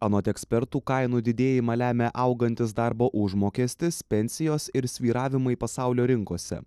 anot ekspertų kainų didėjimą lemia augantis darbo užmokestis pensijos ir svyravimai pasaulio rinkose